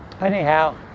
Anyhow